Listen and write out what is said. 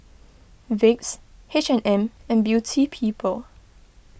Vicks H and M and Beauty People